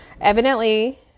evidently